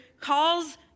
calls